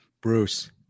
Bruce